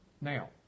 Now